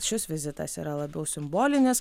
šis vizitas yra labiau simbolinis